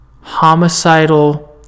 homicidal